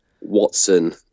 Watson